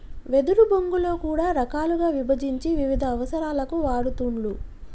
వెదురు బొంగులో కూడా రకాలుగా విభజించి వివిధ అవసరాలకు వాడుతూండ్లు